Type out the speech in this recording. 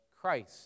Christ